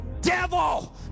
devil